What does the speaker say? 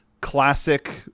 classic